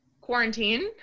quarantine